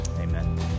Amen